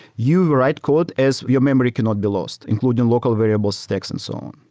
you write code as your memory cannot be lost, including local variables, stacks and so on.